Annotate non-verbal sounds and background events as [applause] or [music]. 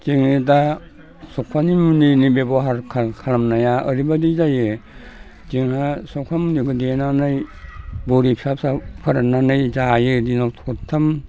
जोङो दा [unintelligible] नैबे बेब'हार खालामनाया ओरैबायदि जायो जोंहा सखामुलिखौ देनानै बरि फिसा फिसा फोराननानै जायो दिनाव थरथाम